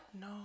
No